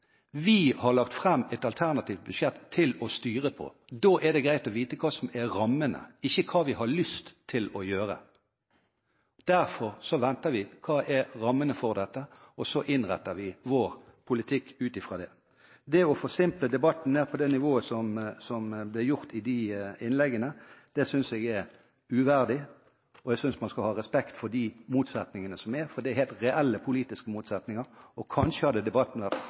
Vi har lagt fram et alternativt budsjett til å styre etter, og da er det greit å vite hva som er rammene, og ikke hva vi har lyst til å gjøre. Derfor venter vi på hva rammene er for dette, og så innretter vi vår politikk ut fra det. Det å forsimple debatten ned på det nivået som ble gjort i de innleggene, synes jeg er uverdig. Jeg synes man skal ha respekt for de motsetningene som er, for dette er helt reelle politiske motsetninger, og kanskje hadde debatten